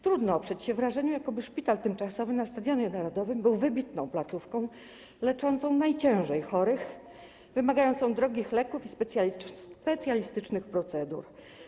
Trudno oprzeć się wrażeniu, jakoby szpital tymczasowy na Stadionie Narodowym był wybitną placówką leczącą najciężej chorych, wymagających drogich leków i zastosowania specjalistycznych procedur.